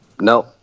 No